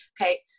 okay